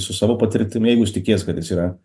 su savo patirtimi jeigu jis tikės kad jis yra